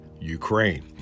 Ukraine